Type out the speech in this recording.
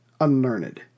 unlearned